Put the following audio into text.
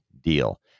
deal